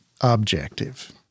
objective